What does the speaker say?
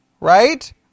right